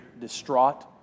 distraught